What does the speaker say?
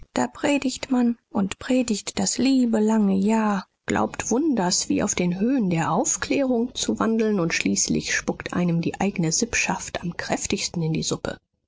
da predigt man und predigt das liebe lange jahr glaubt wunders wie auf den höhen der aufklärung zu wandeln und schließlich spuckt einem die eigne sippschaft am kräftigsten in die suppe